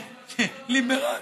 ליברל,